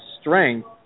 strength